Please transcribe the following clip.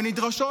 ונדרשות,